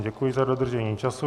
Děkuji vám za dodržení času.